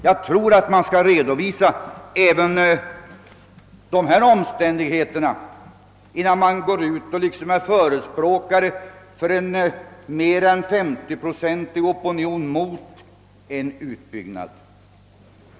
Jag tror att man skall redovisa även dessa omständigheter, innan man gör sig till förespråkare för en opinion mot en utbyggnad.